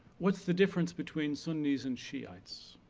what's the difference between sunnis and shiites?